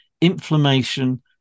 inflammation